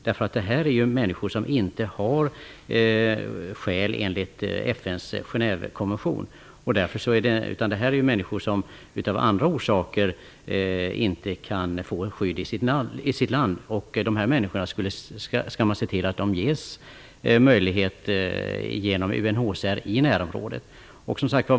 Det gäller ju människor som inte kan anföra skäl enligt FN:s Genèvekonvention utan som av andra orsaker inte kan få skydd i sitt land. Vi skall se till att de ges möjligheter genom UNHCR i närområdet.